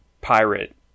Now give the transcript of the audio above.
pirate